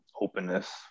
openness